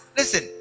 listen